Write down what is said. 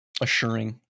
assuring